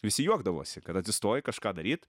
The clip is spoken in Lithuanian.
visi juokdavosi kad atsistoji kažką daryt